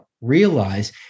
realize